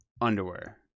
underwear